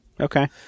Okay